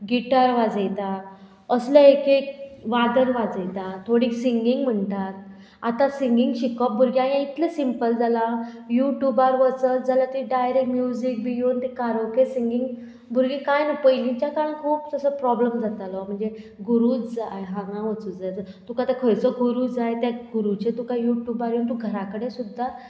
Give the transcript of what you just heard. guitar वाजयता असले एक वाधन वाजयता थोडी सिंगींग म्हणटात आतां सिंगींग शिकप भुरगीं हें इतलें सिंपल जालां युट्यूबार वचत जाल्यार थंय डायरेक्ट म्युजीक बी घेवन ती कारोके सिंगींग भुरगीं कांय ना पयलींच्या काळान खूब असो प्रोब्लम जातालो म्हणजे गुरूच जाय हांगा वचूं जाय तुका आतां खंयचो गुरू जाय त्या गुरूचे तुका युट्यूबार येवन तूं घरा कडेन सुद्दां